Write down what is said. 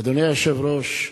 אדוני היושב-ראש,